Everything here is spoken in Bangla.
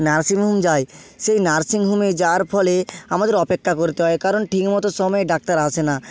নার্সিং হোম যাই সেই নার্সিং হোমে যাওয়ার ফলে আমাদের অপেক্ষা করতে হয় কারণ ঠিকমতো সময়ে ডাক্তার আসে না